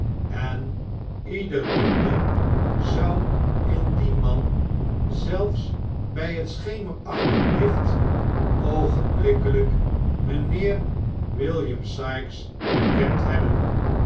en ieder diender zou in dien man zelfs bij het schemerachtig licht oogenblikke ijk mijnheer wil liam sikes herkend hebben